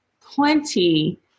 plenty